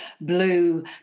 blue